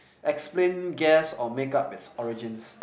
explain guess or make up it's origins